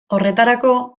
horretarako